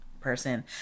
person